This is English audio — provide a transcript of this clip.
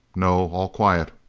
no. all quiet.